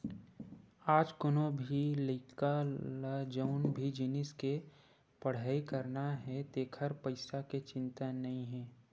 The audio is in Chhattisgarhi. आज कोनो भी लइका ल जउन भी जिनिस के पड़हई करना हे तेखर पइसा के चिंता नइ हे